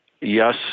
Yes